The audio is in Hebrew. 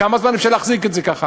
כמה זמן אפשר להחזיק את זה ככה?